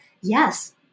yes